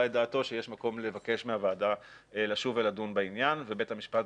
את דעתו שיש מקום לבקש מהוועדה לשוב ולדון בעניין ובית המשפט,